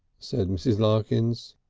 said mrs. larkins.